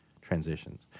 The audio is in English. transitions